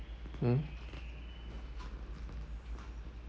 mm